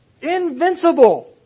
Invincible